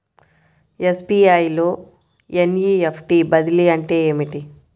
SBI లో NEFT బదిలీ అంటే ఏమిటి?